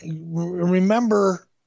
remember